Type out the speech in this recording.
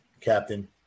Captain